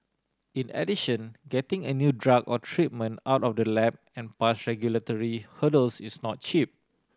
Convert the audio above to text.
in addition getting a new drug or treatment out of the lab and past regulatory hurdles is not cheap